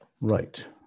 right